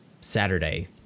Saturday